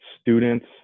students